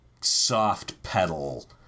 soft-pedal